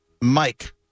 Mike